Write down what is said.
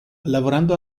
lavorando